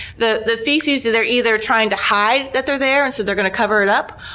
the the feces, they're either trying to hide that they're there and so they're going to cover it up,